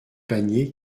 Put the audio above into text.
panier